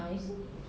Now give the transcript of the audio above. ah you see